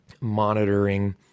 monitoring